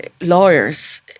lawyers